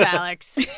alex.